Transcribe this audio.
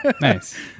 nice